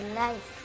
life